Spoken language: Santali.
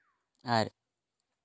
ᱟᱨ